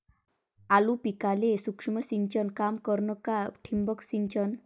आलू पिकाले सूक्ष्म सिंचन काम करन का ठिबक सिंचन?